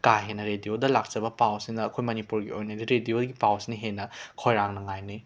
ꯀꯥ ꯍꯦꯟꯅ ꯔꯦꯗꯤꯑꯣꯗ ꯂꯥꯛꯆꯕ ꯄꯥꯎꯁꯤꯅ ꯑꯩꯈꯣꯏ ꯃꯅꯤꯄꯨꯔꯒꯤ ꯑꯣꯏꯅꯗꯤ ꯔꯦꯗꯤꯑꯣꯒꯤ ꯄꯥꯎꯁꯤꯅ ꯍꯦꯟꯅ ꯈꯣꯏꯔꯥꯡꯅ ꯉꯥꯏꯅꯩ